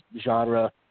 genre